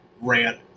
rant